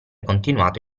continuato